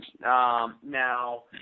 Now